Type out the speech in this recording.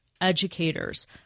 educators